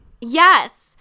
Yes